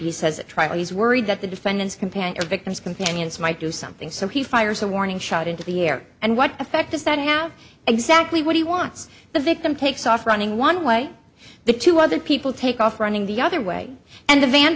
he says at trial he's worried that the defendant's companion or victim's companions might do something so he fires a warning shot into the air and what effect does that have exactly what he wants the victim takes off running one way the two other people take off running the other way and the van